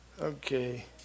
Okay